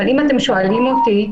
אבל אם אתם שואלים אותי,